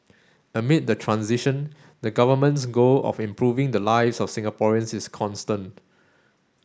amid the transition the Government's goal of improving the lives of Singaporeans is constant